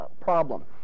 problem